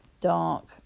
dark